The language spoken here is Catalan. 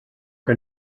que